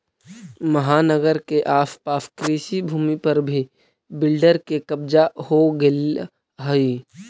महानगर के आस पास कृषिभूमि पर भी बिल्डर के कब्जा हो गेलऽ हई